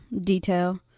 detail